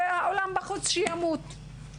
והעולם בחוץ שימות.